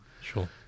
sure